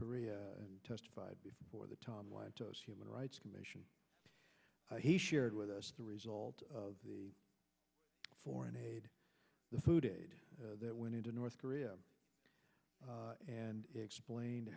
korea and testified for the tom lantos human rights commission he shared with us the result of the foreign aid the food aid that went into north korea and explain